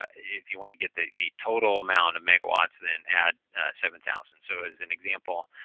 if you want to get the the total amount of megawatts, then add seven thousand. so, as an example,